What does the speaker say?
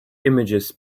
images